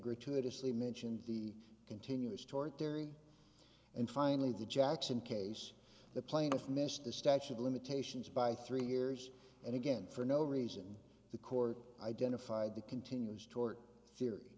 gratuitously mentioned the continuous tort theory and finally the jackson case the plaintiff missed the statute of limitations by three years and again for no reason the court identified the continuous tort theory